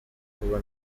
kuba